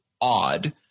odd